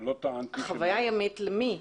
חוויה ימית, למי?